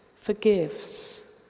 forgives